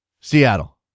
Seattle